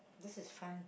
this is fun